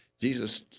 jesus